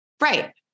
Right